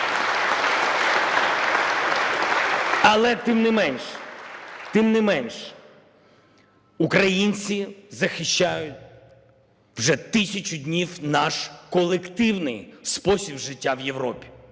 Але, тим не менш, тим не менш, українці захищають вже тисячу днів наш колективний спосіб життя в Європі,